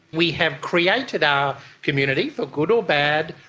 we have created our community, for good or bad,